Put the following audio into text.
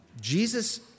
Jesus